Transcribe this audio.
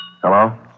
Hello